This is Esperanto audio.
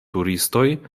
turistoj